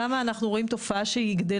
למה אנחנו רואים תופעה שגדלה,